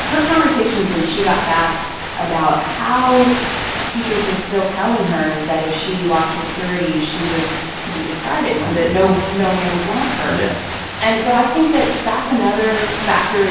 her conversations when she got back about how teachers were still telling her that if she lost her purity, she was to be discarded, that no no man would want her. yeah and so i think that that's another factor. yeah.